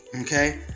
Okay